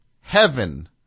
heaven